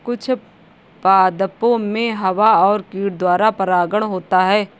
कुछ पादपो मे हवा और कीट द्वारा परागण होता है